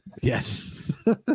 yes